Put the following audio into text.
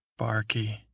Barkey